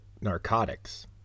narcotics